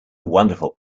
wonderful